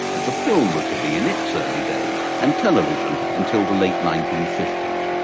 as the film was to be in its early days, and television until the late nineteen fifty s.